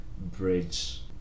bridge